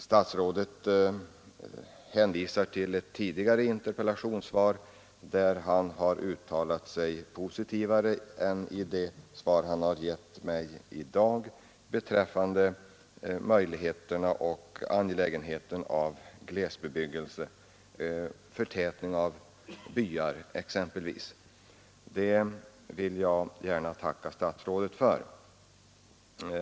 Statsrådet hänvisade till ett tidigare interpellationssvar där han uttalat sig positivare än vad han gjort i det svar han gett mig i dag när det gäller angelägenheten av och möjligheten till glesbebyggelse — förtätning av byar exempelvis. Det vill jag tacka statsrådet för.